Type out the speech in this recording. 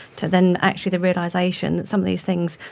to then actually the realisation that some of these things,